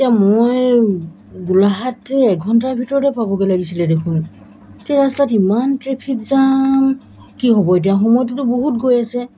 এতিয়া মই গোলাঘাট এঘণ্টাৰ ভিতৰতে পাবগৈ লাগিছিলে দেখোন এই ৰাস্তাত ইমান ট্ৰেফিক জাম কি হ'ব এতিয়া সময়টোতো বহুত গৈ আছে